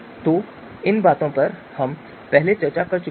तो इन बातों पर हम पहले ही चर्चा कर चुके हैं